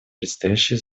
предстоящие